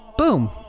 Boom